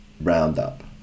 roundup